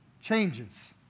changes